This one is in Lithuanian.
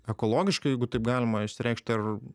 ekologiškai jeigu taip galima išsireikšti ar